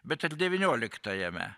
bet ir devynioliktajame